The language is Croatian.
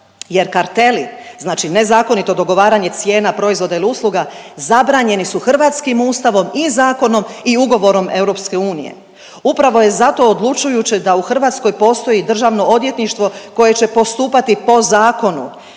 jer karteli, znači nezakonito dogovaranje cijena proizvoda ili usluga zabranjeni su hrvatskim ustavom i zakonom i ugovorom EU. Upravo je zato odlučujuće da u Hrvatskoj postoji Državno odvjetništvo koje će postupati po zakonu